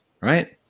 right